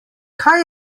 kaj